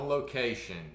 Location